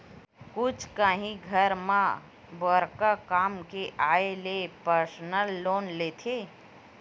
कुछु काही घर म बड़का काम के आय ले परसनल लोन लेथे